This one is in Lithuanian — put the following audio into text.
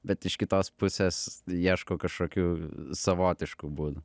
bet iš kitos pusės ieškau kažkokių savotiškų būdų